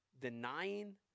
denying